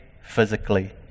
physically